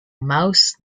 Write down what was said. mouse